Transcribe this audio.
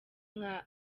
nka